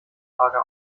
lager